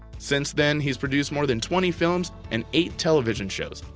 since then, he's produced more than twenty films and eight television shows,